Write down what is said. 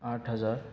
آٹھ ہزار